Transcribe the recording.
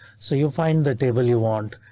so you find the table you want.